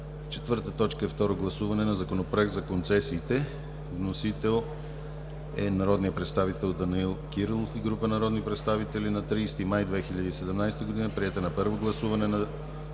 2017 г. 4. Второ гласуване на Законопроект за концесиите. Вносител е народният представител Данаил Кирилов и група народни представители на 30 май 2017 г. Приет е на първо гласуване на